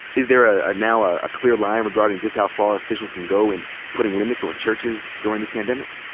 is there ah now ah a clear line regarding just how far officials can go in putting limits on churches during this pandemic?